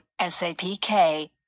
SAPK